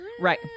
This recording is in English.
Right